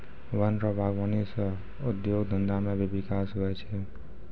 वन रो वागबानी सह उद्योग धंधा मे भी बिकास हुवै छै